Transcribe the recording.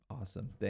Awesome